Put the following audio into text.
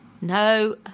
No